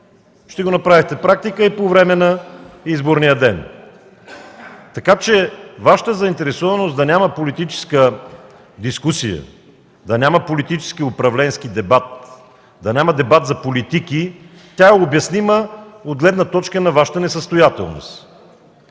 ще го направите практика и по време на изборния ден. Вашата заинтересованост да няма политическа дискусия, да няма политически управленски дебат, да няма дебат за политики е обяснима от гледна точка на Вашата несъстоятелност,